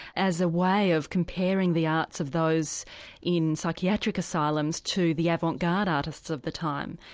as a way of comparing the arts of those in psychiatric asylums to the avant-garde artists of the time,